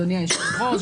אדוני היושב-ראש,